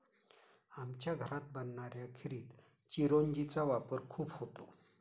आमच्या घरात बनणाऱ्या खिरीत चिरौंजी चा वापर खूप होतो